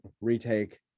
retake